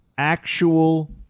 Actual